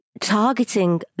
targeting